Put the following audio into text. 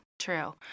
True